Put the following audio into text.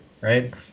right